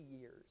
years